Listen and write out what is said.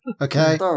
Okay